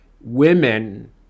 women